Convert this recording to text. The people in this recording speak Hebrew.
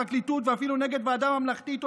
הפרקליטות ואפילו נגד ועדה ממלכתית או